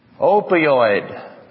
Opioid